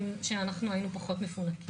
שאנחנו היינו פחות מפונקים.